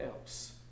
else